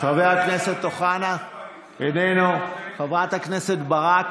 חבר הכנסת אוחנה, איננו, חברת הכנסת ברק,